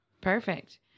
Perfect